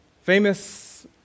Famous